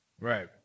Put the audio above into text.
Right